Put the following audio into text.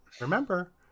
remember